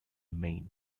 maine